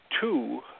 Two